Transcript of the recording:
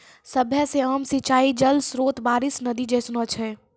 सभ्भे से आम सिंचाई जल स्त्रोत बारिश, नदी जैसनो छै